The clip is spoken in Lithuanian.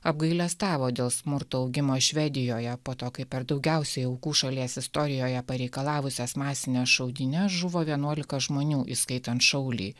apgailestavo dėl smurto augimo švedijoje po to kai per daugiausiai aukų šalies istorijoje pareikalavusias masines šaudynes žuvo vienuolika žmonių įskaitant šaulį